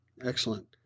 Excellent